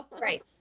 right